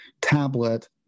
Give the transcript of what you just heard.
tablet